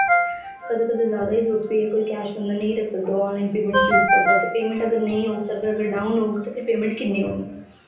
कदें कदें जादा ई जरूरत पेई जाए कोई कैश बंदा नेईं रक्खी सकदा ऑनलाइन पेमेंट यूज़ करदा ते पेमेंट अगर नेईं होग सर्वर अगर डाउन होग ते फिर पेमेंट कि'यां होनी ऐ